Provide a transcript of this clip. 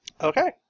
Okay